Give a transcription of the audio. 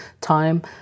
time